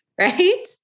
right